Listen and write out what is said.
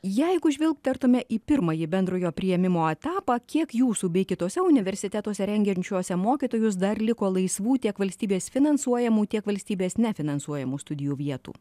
jeigu žvilgtertume į pirmąjį bendrojo priėmimo etapą kiek jūsų bei kituose universitetuose rengiančiuose mokytojus dar liko laisvų tiek valstybės finansuojamų tiek valstybės nefinansuojamų studijų vietų